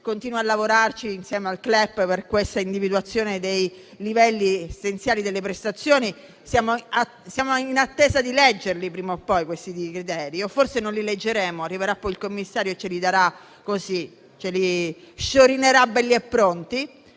continua a lavorare insieme al CLEP per l'individuazione dei livelli essenziali delle prestazioni. Siamo in attesa di leggere, prima o poi, questi criteri. O forse non li leggeremo? Forse arriverà il Commissario e ce li sciorinerà belli e pronti.